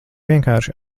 vienkārši